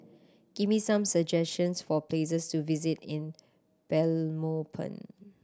give me some suggestions for places to visit in Belmopan